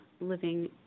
living